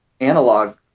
analog